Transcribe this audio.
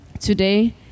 today